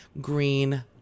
green